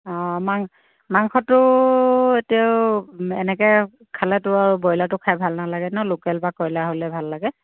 অঁ মাং মাংসটো তেও এনেকৈ খালেতো আৰু ব্ৰইলাৰটো খাই ভাল নালাগে ন লোকেল বা কয়লাৰ হ'লে ভাল লাগে